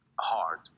hard